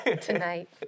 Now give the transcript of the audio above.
tonight